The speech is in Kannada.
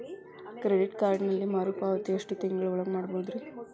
ಕ್ರೆಡಿಟ್ ಕಾರ್ಡಿನಲ್ಲಿ ಮರುಪಾವತಿ ಎಷ್ಟು ತಿಂಗಳ ಒಳಗ ಮಾಡಬಹುದ್ರಿ?